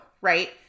right